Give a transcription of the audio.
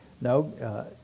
No